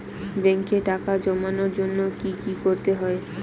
ব্যাংকে টাকা জমানোর জন্য কি কি করতে হয়?